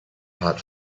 hot